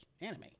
anime